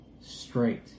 straight